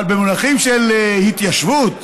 אבל במונחים של התיישבות,